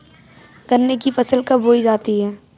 गन्ने की फसल कब बोई जाती है?